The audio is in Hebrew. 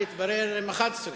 התברר שמי שבעד הם 11,